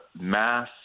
mass